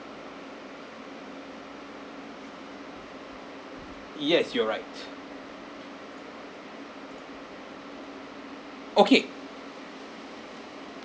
yes you're right okay